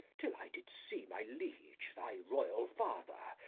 till i did see my liege thy royal father,